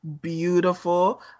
beautiful